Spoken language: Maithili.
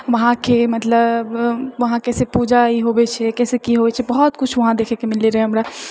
वहाँके मतलब वहाँ कैसे पूजा ई होबै छै कैसे की होइ छै बहुत किछु वहाँ देखैके मिललै रहै हमरा